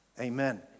amen